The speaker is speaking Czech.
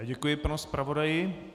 Děkuji panu zpravodaji.